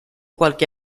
qualche